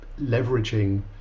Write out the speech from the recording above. leveraging